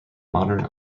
modern